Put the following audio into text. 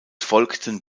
folgten